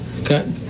Okay